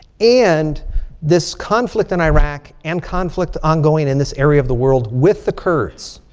and this conflict in iraq and conflict ongoing in this area of the world with the kurds.